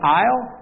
aisle